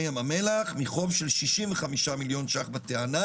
ים המלח מחוב של 65 מיליון ₪ בטענה